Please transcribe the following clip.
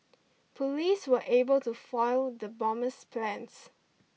police were able to foil the bomber's plans